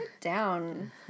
down